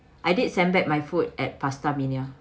I did send back my food at pastamania